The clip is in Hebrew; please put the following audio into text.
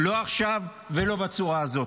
לא עכשיו ולא בצורה הזו.